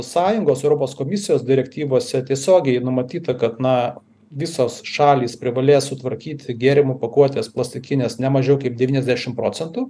sąjungos europos komisijos direktyvose tiesiogiai numatyta kad na visos šalys privalės sutvarkyti gėrimų pakuotes plastikines ne mažiau kaip devyniasdešim procentų